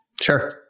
Sure